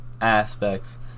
aspects